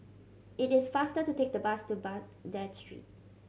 it is faster to take the bus to Baghdad Street